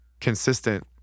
consistent